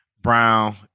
Brown